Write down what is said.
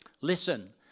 Listen